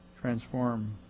transform